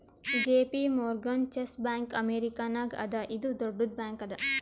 JP Morgan Chase bank ಅಮೇರಿಕಾನಾಗ್ ಅದಾ ಇದು ದೊಡ್ಡುದ್ ಬ್ಯಾಂಕ್ ಅದಾ